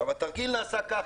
התרגיל נעשה כך,